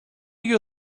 you